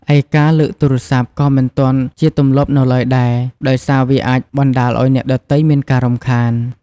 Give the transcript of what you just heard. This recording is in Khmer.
ឯការលើកទូរសព្ទក៏មិនទាន់ជាទម្លាប់នៅឡើយដែរ ដោយសារវាអាចបណ្តាលអោយអ្នកដទៃមានការរំខាន ។